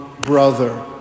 brother